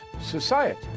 society